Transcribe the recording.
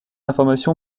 information